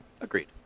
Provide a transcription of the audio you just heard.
Agreed